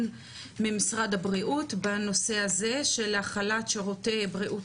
ממשרד הבריאות בנושא הזה של החלת שירותי בריאות